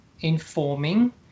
informing